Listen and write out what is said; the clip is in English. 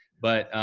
but,